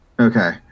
Okay